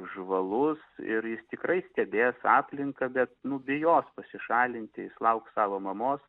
žvalus ir jis tikrai stebės aplinką bet nu bijos pasišalinti jis lauks savo mamos